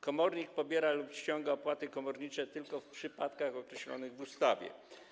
Komornik pobiera lub ściąga opłaty komornicze tylko w przypadkach określonych w ustawie.